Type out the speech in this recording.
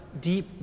deep